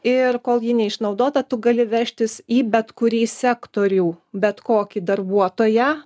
ir kol ji neišnaudota tu gali vežtis į bet kurį sektorių bet kokį darbuotoją